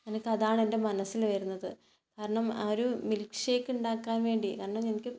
എനിക്ക് അതാണ് എൻ്റെ മനസ്സിൽ വരുന്നത് കാരണം ആ ഒരു മിൽക്ക് ഷേക്ക് ഉണ്ടാക്കാൻ വേണ്ടി കാരണം എനിക്ക്